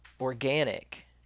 organic